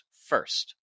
first